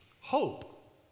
hope